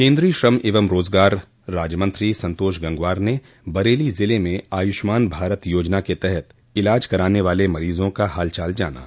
केन्द्रीय श्रम एवं रोजगार राज्य मंत्री संतोष गंगवार ने बरेली जिले में आयुष्मान भारत योजना के तहत इलाज कराने वाले मरीजों का हालचाल जाना